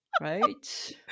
right